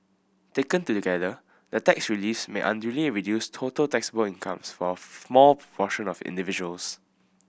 taken together the tax reliefs may unduly reduce total taxable incomes for a small proportion of individuals